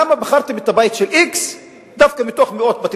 למה בחרתם את הבית של x דווקא מתוך מאות בתים?